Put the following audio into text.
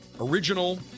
original